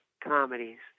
comedies